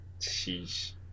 Jeez